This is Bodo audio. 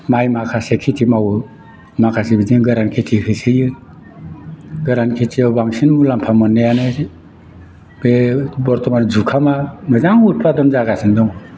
माइ माखासे खेथि मावो माखासे बिदिनो गोरान खेथि होसोयो गोरान खेथियाव बांसिन मुलाम्फा मोननायानो बे बरथमान जुखामा मोजां उदपादन जागासिनो दङ